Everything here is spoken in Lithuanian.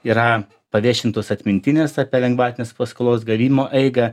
yra paviešintos atmintinės apie lengvatinės paskolos gavimo eigą